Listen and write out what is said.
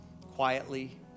quietly